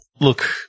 Look